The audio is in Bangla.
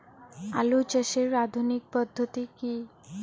আলু চাষের আধুনিক পদ্ধতি কি?